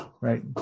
right